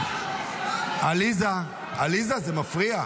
זה מפריע.